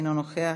אינו נוכח,